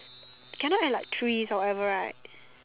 cannot add like trees or whatever right